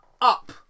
Up